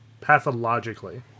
Pathologically